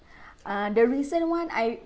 uh the recent one I